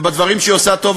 בדברים שהיא עושה טוב,